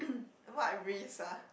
what risk ah